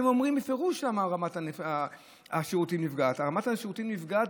הם אומרים בפירוש למה רמת השירותים נפגעת: רמת השירותים נפגעת